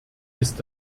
ist